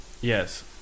Yes